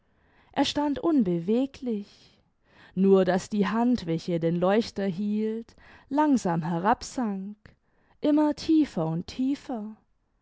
er stand unbeweglich nur daß die hand welche den leuchter hielt langsam herab sank immer tiefer und tiefer